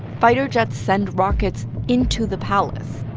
fighter jets send rockets into the palace.